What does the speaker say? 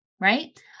right